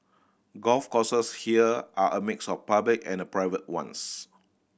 golf courses here are a mix of public and private ones